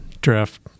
draft